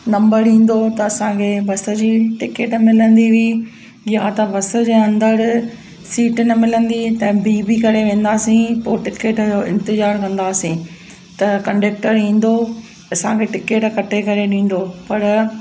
number ईंदो हुओ त असांखे बस जी टिकट मिलंदी हुई या त बस जे अंदरि सीट न मिलंदी त बीह बीह करे वेंदासीं पोइ टिकट जो इंतिज़ारु कंदासीं त कंडक्टर ईंदो असांखे टिकट कटे करे ॾींदो पर